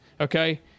Okay